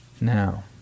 Now